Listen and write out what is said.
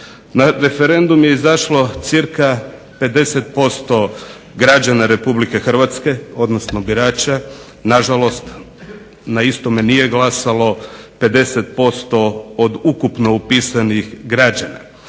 Na referendum je izašlo cirka 50% građana Republike Hrvatske, odnosno birača, na žalost na istome nije glasalo 50% od ukupno upisanih građana.